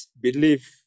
believe